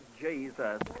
Jesus